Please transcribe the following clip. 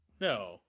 no